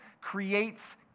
creates